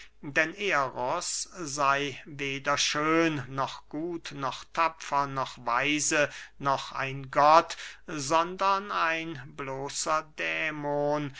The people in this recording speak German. weder schön noch gut noch tapfer noch weise noch ein gott sondern ein bloßer dämon